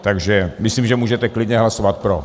Takže myslím, že můžete klidně hlasovat pro.